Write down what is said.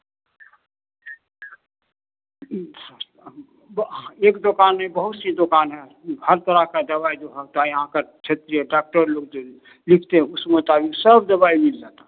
एक दुकान ने बहुत सी दुकाने हैं हर तरह का दवाई भी बनता है यहाँ पर उसमें सब जगह यही